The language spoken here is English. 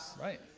Right